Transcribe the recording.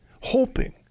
hoping